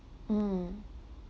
mm